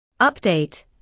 Update